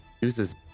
uses